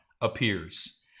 appears